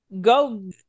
Go